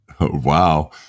Wow